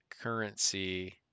currency